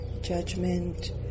judgment